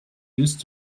used